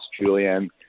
Julian